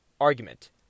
argument